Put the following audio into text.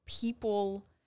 people